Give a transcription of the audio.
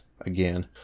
again